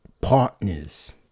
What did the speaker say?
partners